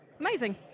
Amazing